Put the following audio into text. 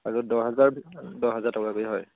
আৰু দহ হাজাৰ দহ হাজাৰ টাকাকৈ হয়